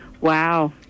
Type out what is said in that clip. Wow